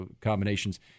combinations